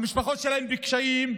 המשפחות שלהם בקשיים,